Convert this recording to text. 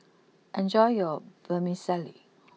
enjoy your Vermicelli